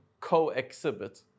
co-exhibit